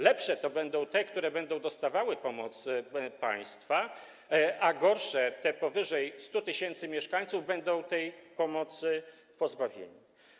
Lepsze to będą te, które będą dostawały pomoc państwa, a gorsze, te powyżej 100 tys. mieszkańców, będą tej pomocy pozbawione.